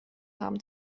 haben